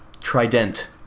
Trident